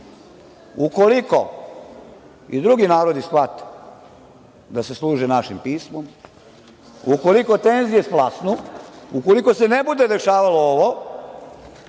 Ukoliko i drugi narodi shvate da se služe našim pismom, ukoliko tenzije splasnu, ukoliko se ne bude dešavalo ovo,